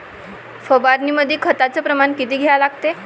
फवारनीमंदी खताचं प्रमान किती घ्या लागते?